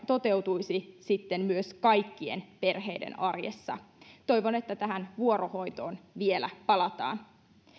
toteutuisi kaikkien perheiden arjessa toivon että tähän vuorohoitoon vielä palataan